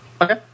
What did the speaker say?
Okay